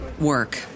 work